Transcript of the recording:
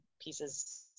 pieces